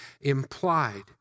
implied